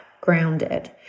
grounded